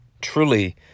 truly